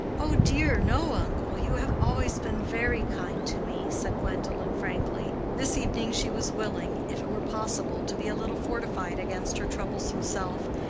oh dear, no, uncle. you have always been very kind to me, said gwendolen, frankly. this evening she was willing, if it were possible, to be a little fortified against her troublesome self,